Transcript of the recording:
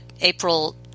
April